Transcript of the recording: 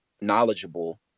knowledgeable